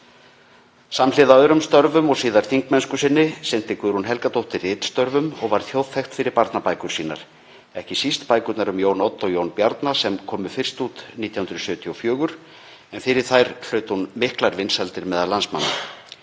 Samhliða öðrum störfum og síðar þingmennsku sinnti Guðrún Helgadóttir ritstörfum og varð þjóðþekkt fyrir barnabækur sínar, ekki síst bækurnar um Jón Odd og Jón Bjarna sem komu fyrst út 1974, en fyrir þær hlaut hún miklar vinsældir meðal landsmanna.